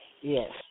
Yes